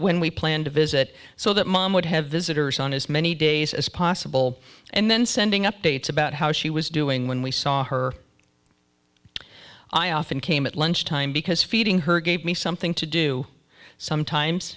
when we planned to visit so that mom would have visitors on as many days as possible and then sending updates about how she was doing when we saw her i often came at lunch time because feeding her gave me something to do sometimes